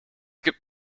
gibt